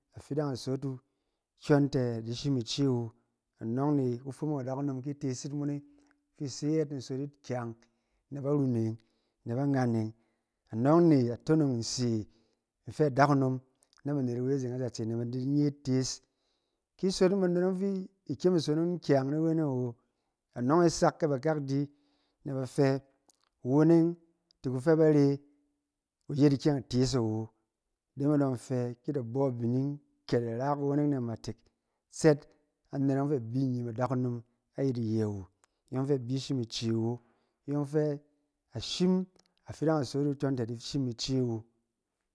Afidang isot wu kyɔnte adi shim ice wu anɔng ne kufumung adakunom ki di tees yit mo ki se yɛɛt ni nsot yit kyang na ba runeng na ba ngbareng. Anɔng ne a tonong nse nfe adakunom na ba net awe a zeng azitse na ba di nye itees. Ki sot yin banet fi ba ikyem isonong yin kyaang ni weneng awo, anɔng e sak ke bakak di na ba fɛ kuweneng ti ku fɛ ba re ku yet ikyɛng itees awo. Ide me dong in fɛ ki ida bɔ abining ke ida ra kuweneng na amatek sed anet yɔng abi inyim a dakunom ayit iyɛ wu a yɔng fɛ afidang isot wu kyɔnte a di shim ice wu.